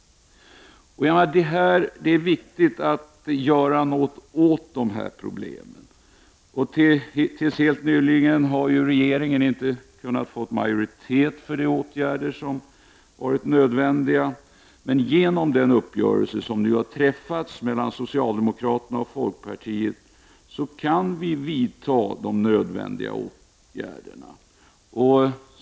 Det är angeläget att göra någonting åt dessa problem. Till helt nyligen har ju regeringen inte kunnat få majoritet för de åtgärder som varit nödvändiga. Men genom den uppgörelse som nu har träffats mellan socialdemokraterna och folkpartiet kan de nödvändiga åtgärderna vidtas.